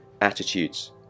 Attitudes